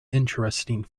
interesting